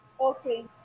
Okay